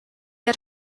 had